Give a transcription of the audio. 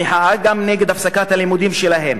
המחאה גם נגד הפסקת הלימודים שלהם.